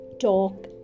talk